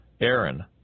Aaron